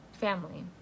family